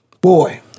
Boy